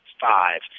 five